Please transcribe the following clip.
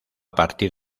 partir